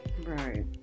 Right